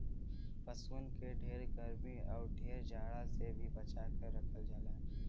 पसुअन के ढेर गरमी आउर ढेर जाड़ा से भी बचा के रखल जाला